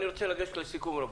רבותיי, אני רוצה לגשת לסיכום.